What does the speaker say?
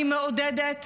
אני מעודדת